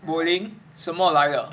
bowling 什么来的